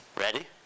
Ready